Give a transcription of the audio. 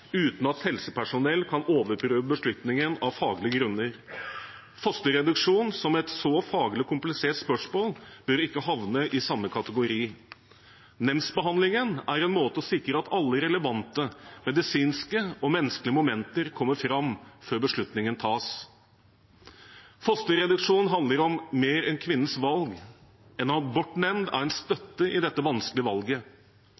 uten at helsepersonell kan overprøve beslutningen av faglige grunner. Fosterreduksjon, som er et så faglig komplisert spørsmål, bør ikke havne i samme kategori. Nemndbehandlingen er en måte å sikre at alle relevante medisinske og menneskelige momenter kommer fram før beslutningen tas. Fosterreduksjon handler om mer enn kvinnens valg, en abortnemnd er en støtte i dette vanskelige valget. Mange av